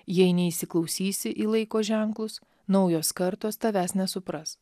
jei neįsiklausysi į laiko ženklus naujos kartos tavęs nesupras